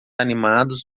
animados